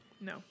no